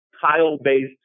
tile-based